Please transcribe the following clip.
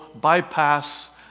bypass